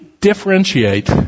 differentiate